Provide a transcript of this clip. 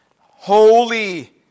Holy